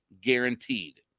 guaranteed